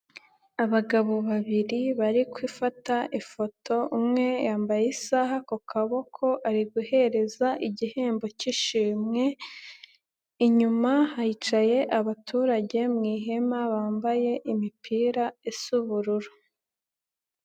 Abagabo babiri bari gufata ifoto, umwe yambaye isaha ku kaboko, ari guhereza igihembo cy'ishimwe, inyuma hicaye abaturage mu ihema bambaye imipira isa ubururu.